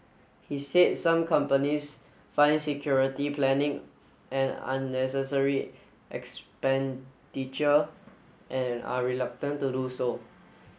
he said some companies find security planning an unnecessary expenditure and are reluctant to do so